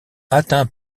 atteints